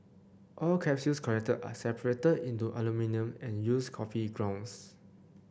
all capsules collected are separated into aluminium and used coffee grounds